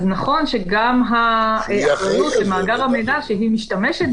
אז נכון שגם האחריות על המאגר המידע שהיא משתמשת בו,